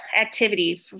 activity